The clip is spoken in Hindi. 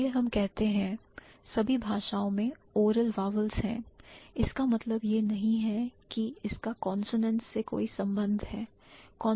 चलिए हम कहते हैं सभी भाषाओं में oral vowels हैं इसका मतलब यह नहीं है कि इसका consonants से कोई संबंध है